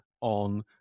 on